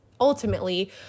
ultimately